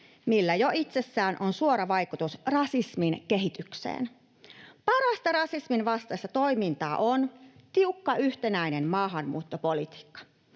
millä jo itsessään on suora vaikutus rasismin kehitykseen. Parasta rasismin vastaista toimintaa on tiukka yhtenäinen maahanmuuttopolitiikka,